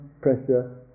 pressure